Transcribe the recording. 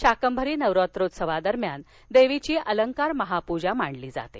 शाकंभरी नवरात्रोत्सवादरम्यान देवीची अलंकार महापूजा मांडली जाते